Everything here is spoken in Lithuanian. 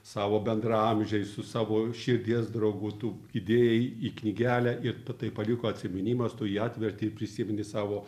savo bendraamžiais su savo širdies draugu tu įdėjai į knygelę ir tatai paliko atsiminimas tu jį atverti ir prisimeni savo